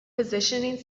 positioning